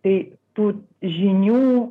tai tų žinių